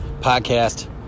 podcast